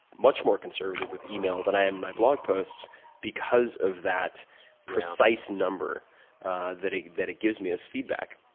much more conservative, with email that i am in my blog posts because of that precise number that it that it gives me as feedback.